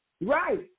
Right